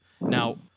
Now